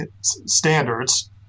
standards